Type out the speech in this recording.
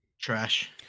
trash